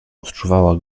odczuwała